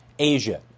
Asia